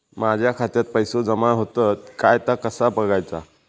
माझ्या खात्यात पैसो जमा होतत काय ता कसा बगायचा?